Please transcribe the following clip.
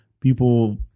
People